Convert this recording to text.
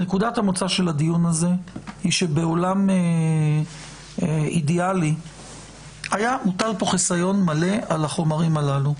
היא שבעולם אידאלי היה מוטל חיסיון מלא על החומרים הללו.